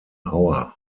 hour